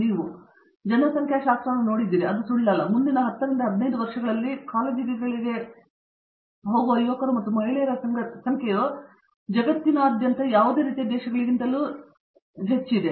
ನೀವು ಜನಸಂಖ್ಯಾಶಾಸ್ತ್ರವನ್ನು ನೋಡುತ್ತೀರಿ ಮತ್ತು ಅದು ಸುಳ್ಳಲ್ಲ ಮುಂದಿನ 10 ರಿಂದ 15 ವರ್ಷಗಳಲ್ಲಿ ಕಾಲೇಜುಗಳಿಗೆ ಹೋಗುವ ಯುವಕರು ಮತ್ತು ಮಹಿಳೆಯರ ಸಂಖ್ಯೆಯು ಜಗತ್ತಿನಾದ್ಯಂತ ಯಾವುದೇ ರೀತಿಯ ದೇಶಗಳಿಗಿಂತಲೂ ಈ ರೀತಿಯ ಸವಾಲನ್ನು ಹೊಂದಿದೆ